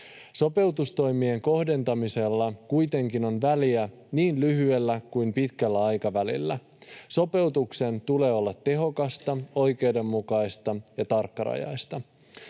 Sopeutustoimien kohdentamisella kuitenkin on väliä niin lyhyellä kuin pitkällä aikavälillä. Sopeutuksen tulee olla tehokasta, oikeudenmukaista ja tarkkarajaista.